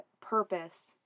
purpose